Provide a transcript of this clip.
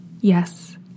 Yes